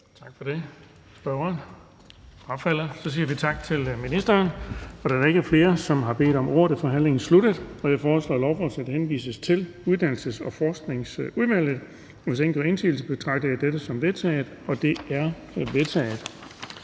frafalder. Så siger vi tak til ministeren. Da der ikke er flere, som har bedt om ordet, er forhandlingen sluttet. Jeg foreslår, at lovforslaget henvises til Uddannelses- og Forskningsudvalget. Hvis ingen gør indsigelse, betragter jeg dette som vedtaget. Det er vedtaget.